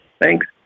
Thanks